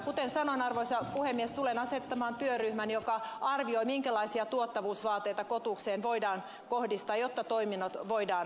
kuten sanoin arvoisa puhemies tulen asettamaan työryhmän joka arvioi minkälaisia tuottavuusvaateita kotukseen voidaan kohdistaa jotta toiminnot voidaan turvata